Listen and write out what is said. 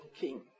king